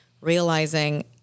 realizing